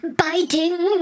biting